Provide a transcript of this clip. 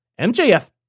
MJF